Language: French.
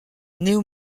néo